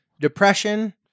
depression